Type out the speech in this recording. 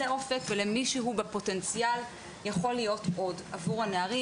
אופק ולמי שהוא בפוטנציאל יכול להיות עוד עבור הנערים.